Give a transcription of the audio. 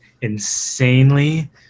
insanely